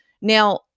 Now